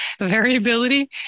variability